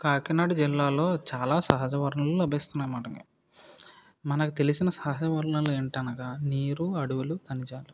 కాకినాడ జిల్లాలో చాలా సహజ వనరులు లభిస్తుందన్నమాట మనకు తెలిసిన సహజ వనరులు ఏంటనగా నీరు అడవులు ఖనిజాలు